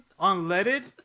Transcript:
unleaded